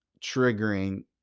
triggering